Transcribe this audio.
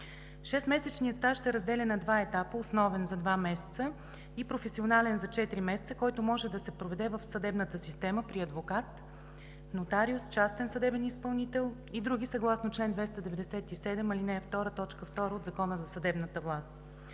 Шестмесечният стаж се разделя на два етапа: основен – за два месеца, и професионален – за четири месеца, който може да се проведе в съдебната система при адвокат, нотариус, частен съдебен изпълнител и други съгласно чл. 297, ал. 2, т. 2 от Закона за съдебната власт.